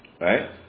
Right